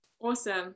Awesome